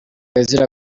izira